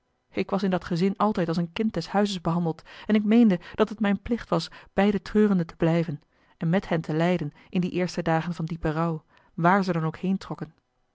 ik was in dat gezin altijd als een kind des huizes behandeld en ik meende dat het mijn plicht was bij de treurenden te blijven en met hen te lijden in die eerste dagen van diepen rouw wààr ze dan ook